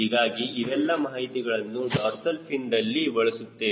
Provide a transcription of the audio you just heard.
ಹೀಗಾಗಿ ಇವೆಲ್ಲ ಮಾಹಿತಿಗಳನ್ನು ಡಾರ್ಸಲ್ ಫಿನ್ದಲ್ಲಿ ಬಳಸುತ್ತೇವೆ